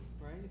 right